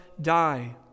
die